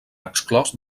exclòs